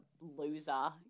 loser